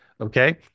Okay